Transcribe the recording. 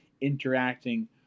interacting